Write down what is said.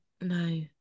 No